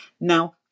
now